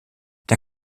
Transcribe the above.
der